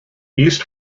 east